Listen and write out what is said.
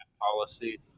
policy